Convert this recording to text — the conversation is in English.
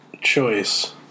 Choice